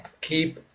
keep